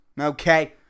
Okay